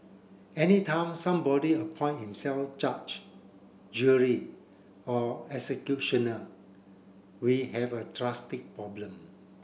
any time somebody appoint himself judge jury or executioner we have a drastic problem